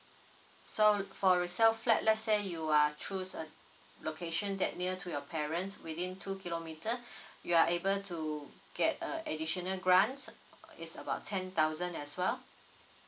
so for resell flat let's say you are choose uh location that near to your parents within two kilometer you are able to get a additional grants it's about ten thousand as well